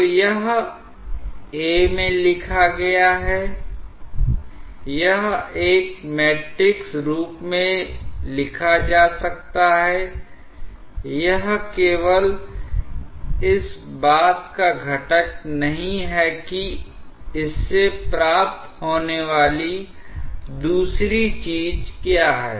तो यह a में लिखा गया है यह एक मैट्रिक्स रूप में लिखा जा सकता है यह केवल इस बात का घटक नहीं है कि इससे प्राप्त होने वाली दूसरी चीज क्या है